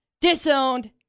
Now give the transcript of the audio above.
disowned